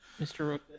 Mr